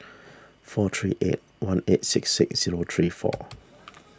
four three eight one eight six six zero three four